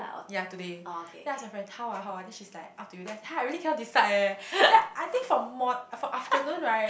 ya today then I ask my friend how ah how ah then she's like up to you then I said !huh! I really cannot decide eh then I think like from mor~ from afternoon right